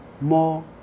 more